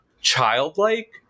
childlike